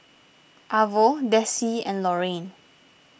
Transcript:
Arvo Dessie and Loraine